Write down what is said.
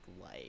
life